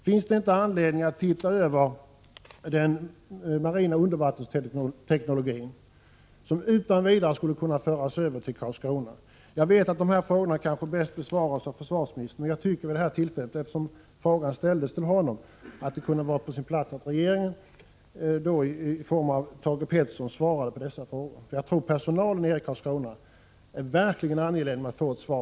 Finns det inte anledning att se över den marina undervattensteknologin, som utan vidare skulle kunna överföras till Karlskrona? Jag vet att dessa frågor kanske bäst besvaras av försvarsministern, och jag ställde min fråga till honom. Men jag tycker att det kan vara på sin plats att regeringen vid det här tillfället genom Thage Peterson svarar på dessa frågor. Personalen vid Karlskronavarvet är verkligen angelägen om att få ett svar.